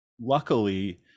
Luckily